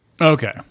Okay